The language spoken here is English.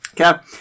Okay